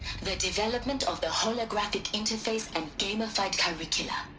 the development of the holographic interface and gamified curricula.